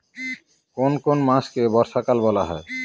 কোন কোন মাসকে বর্ষাকাল বলা হয়?